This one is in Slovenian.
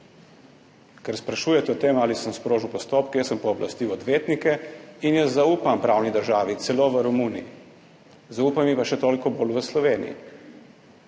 ker sprašujete o tem, ali sem sprožil postopke. Jaz sem pooblastil odvetnike in jaz zaupam pravni državi celo v Romuniji. Zaupam ji pa še toliko bolj v Sloveniji.